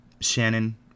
Shannon